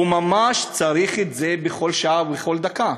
הוא ממש צריך את זה בכל שעה ובכל דקה.